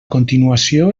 continuació